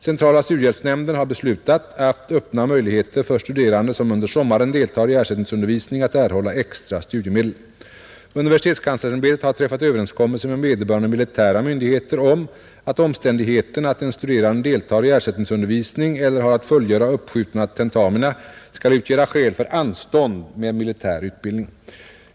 Centrala studiehjälpsnämnden har beslutat att öppna möjligheter för studerande som under sommaren deltar i ersättningsundervisning att erhålla extra studiemedel. Universitetskanslersämbetet har träffat överenskommelse med vederbörande militära myndigheter om att omständigheten att en studerande deltar i ersättningsundervisning eller har att fullgöra uppskjutna tentamina skall utgöra skäl för anstånd med militär utbildning.